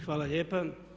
Hvala lijepa.